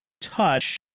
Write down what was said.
touch